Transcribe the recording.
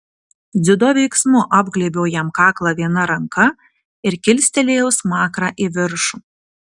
dziudo veiksmu apglėbiau jam kaklą viena ranka ir kilstelėjau smakrą į viršų